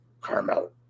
Carmel